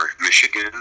Michigan